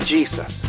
Jesus